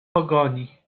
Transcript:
pogoni